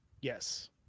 yes